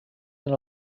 than